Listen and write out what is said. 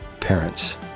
parents